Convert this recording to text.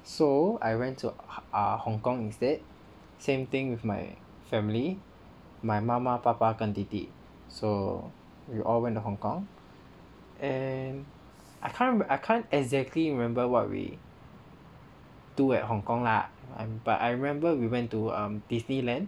so I went to ah Hong-Kong instead same thing with my family my 妈妈爸爸跟弟弟 so we all went to Hong-Kong and I can't I can't exactly remember what we do at Hong-Kong lah I'm but I remember we went to um Disneyland